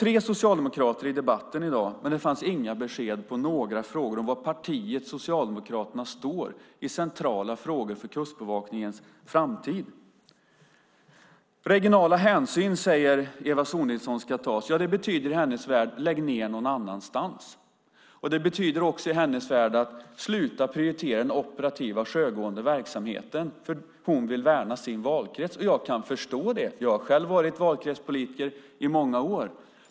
Tre socialdemokrater har deltagit i debatten i dag, men vi har inte fått några besked om var partiet Socialdemokraterna står i centrala frågor som rör Kustbevakningens framtid. Det ska tas regionala hänsyn, säger Eva Sonidsson. I hennes värld betyder det: Lägg ned någon annanstans! Sluta prioritera den operativa sjögående verksamheten! Hon vill värna sin valkrets. Jag kan förstå det, för jag har själv varit valkretspolitiker i många år.